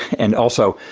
and also,